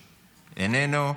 איננו,